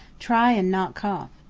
try and not cough.